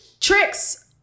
tricks